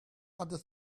other